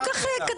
כל כך,